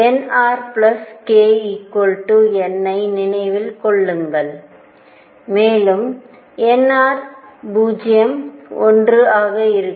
nr k n ஐ நினைவில் கொள்ளுங்கள் மேலும் nr 0 1 ஆக இருக்கும்